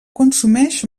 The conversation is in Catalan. consumeix